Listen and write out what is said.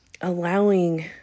allowing